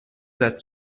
that